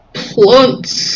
plants